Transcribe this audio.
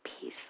peace